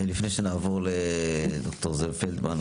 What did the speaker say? לפני שנעבור לד"ר זאב פלדמן,